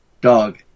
Dog